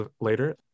later